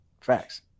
Facts